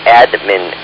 admin